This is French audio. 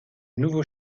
nouveau